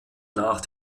nach